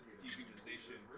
dehumanization